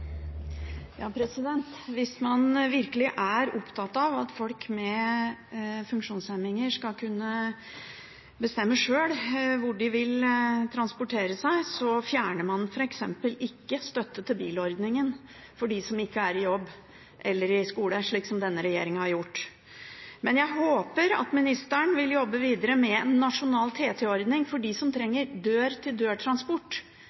Hvis man virkelig er opptatt av at folk med funksjonshemninger skal kunne bestemme sjøl hvor de vil transportere seg, fjerner man f.eks. ikke støtte til bilordningen for dem som ikke er i jobb eller på skole, slik som denne regjeringen har gjort. Men jeg håper at ministeren vil jobbe videre med en nasjonal TT-ordning for dem som